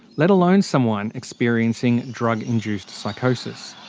let alone someone experiencing drug-induced psychosis?